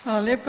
Hvala lijepa.